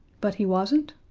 but he wasn't?